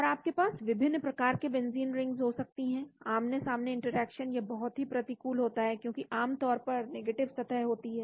और आपके पास विभिन्न प्रकार की बेंजीन रिंग्स हो सकती हैं आमने सामने इंटरेक्शन यह बहुत ही प्रतिकूल होता है क्योंकि आमतौर पर नेगेटिव सतह होती है